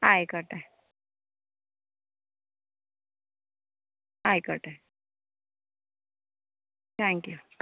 ആയിക്കോട്ടെ ആയിക്കോട്ടെ താങ്ക്യൂ